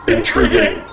Intriguing